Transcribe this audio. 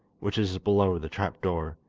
which is below the trap-door.